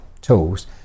tools